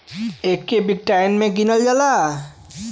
एके बिट्काइन मे गिनल जाला